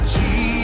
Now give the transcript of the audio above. Jesus